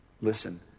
listen